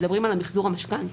מדברים על מחזור המשכנתה.